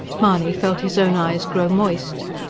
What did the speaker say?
mahony felt his own eyes grow moist.